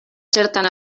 zertan